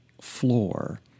floor